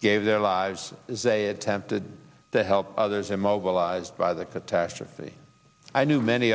gave their lives as a attempted to help others immobilized by the catastrophe i knew many